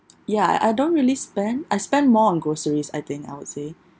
ya I I don't really spend I spend more on groceries I think I would say